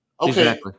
Okay